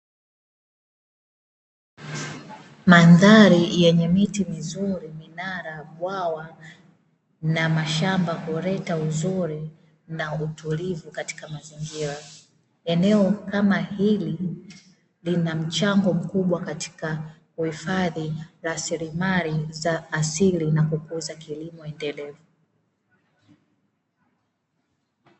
Mandhari yenye miti mizuri, minara, bwawa na mashamba; kuleta uzuri na utulivu katika mazingira. Eneo kama hili lina mchango mkubwa katika uhifadhi rasilimali za asili na kukuza kilimo endelevu.